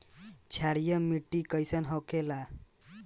क्षारीय मिट्टी कईसन रहेला?